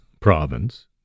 province